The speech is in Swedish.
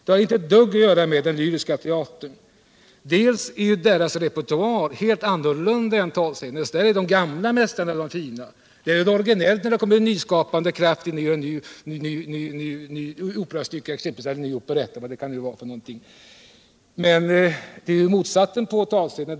Den lyriska teaterns repertoar är en helt annan än talscenens. För den lyriska teatern är de gamla mästarna viktigast. Det är originellt med nyskapade operastycken eller operetter. Motsatta förhållanden råder beträffande talscenen.